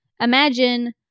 imagine